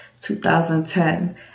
2010